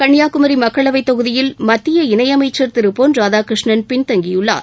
கன்னியாகுமரி மக்களவைத் தொகுதியில் மத்திய இணை அமைச்சர் திரு பொன் ராதாகிருஷ்ணன் பின்தங்கியுள்ளார்